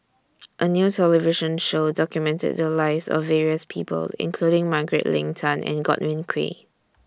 A New television Show documented The Lives of various People including Margaret Leng Tan and Godwin Koay